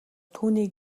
түүний